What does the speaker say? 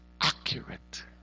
accurate